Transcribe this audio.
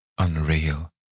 Unreal